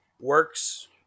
works